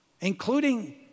including